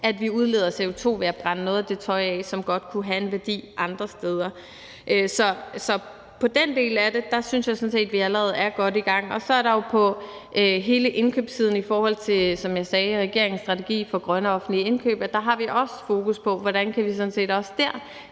at man udleder CO2 ved at brænde noget af det tøj af, som godt kunne have en værdi andre steder. Så med hensyn til den del af det synes jeg sådan set, at vi allerede er godt i gang. Så er der jo på hele indkøbssiden, og der har vi jo, som jeg sagde, i regeringens strategi for grønne offentlige indkøb også fokus på, hvordan vi også der